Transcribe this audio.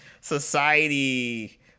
society